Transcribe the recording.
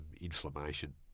inflammation